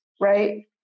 right